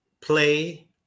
play